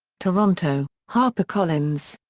toronto harpercollins.